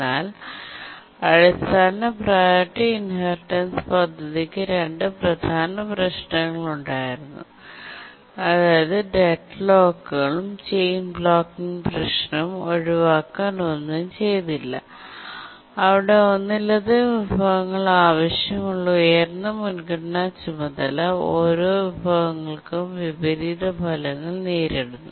എന്നാൽ അടിസ്ഥാന priority inheritance പദ്ധതിക്ക് രണ്ട് പ്രധാന പ്രശ്നങ്ങളുണ്ടായിരുന്നു അതായത് ഡെഡ്ലോക്കുകളും ചെയിൻ ബ്ലോക്കിങ് പ്രശ്നവും ഒഴിവാക്കാൻ ഒന്നും ചെയ്തില്ല അവിടെ ഒന്നിലധികം വിഭവങ്ങൾ ആവശ്യമുള്ള ഉയർന്ന മുൻഗണനാ ചുമതല ഓരോ വിഭവങ്ങൾക്കും വിപരീത ഫലങ്ങൾ നേരിടുന്നു